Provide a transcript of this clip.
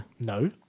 No